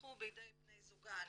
נרצחו בידי בני זוגן